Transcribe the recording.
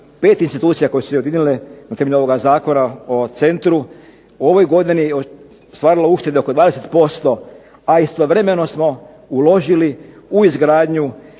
pet institucija koje su se ujedinile na temelju ovoga Zakona o centru u ovoj godini ostvarilo uštede oko 20%, a istovremeno smo uložili u izgradnju